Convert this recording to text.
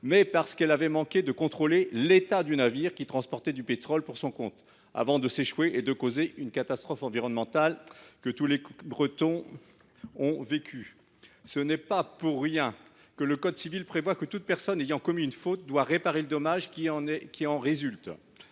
mais parce qu’elle avait manqué de contrôler l’état du navire qui transportait du pétrole pour son compte avant de s’échouer, causant une catastrophe environnementale que tous les Bretons ont subie. Ce n’est pas pour rien que le code civil dispose que toute personne ayant commis une faute doit réparer le dommage qui en résulte.